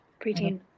preteen